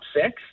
six